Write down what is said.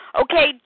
Okay